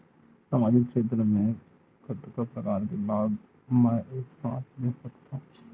सामाजिक क्षेत्र के कतका प्रकार के लाभ मै एक साथ ले सकथव?